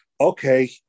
Okay